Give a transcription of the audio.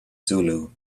zulu